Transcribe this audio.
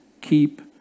keep